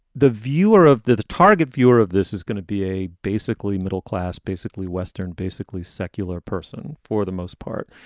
the viewer of the the target viewer of this is gonna be a basically middle class, basically western, basically secular person for the most part.